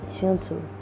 gentle